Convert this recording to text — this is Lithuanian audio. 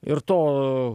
ir to